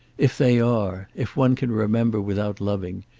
if they are, if one can remember without loving,